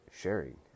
sharing